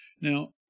Now